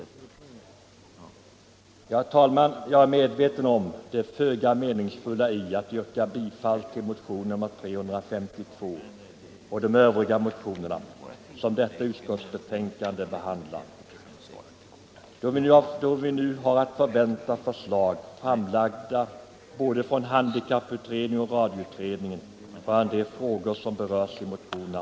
Herr talman! Jag är medveten om det föga meningsfulla i att yrka bifall till motionen 352 och de övriga motioner som behandlas i utskottsbetänkandet, då vi nu har att förvänta förslag från både handikapputredningen och radioutredningen rörande de frågor som berörs i motionerna.